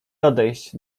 odejść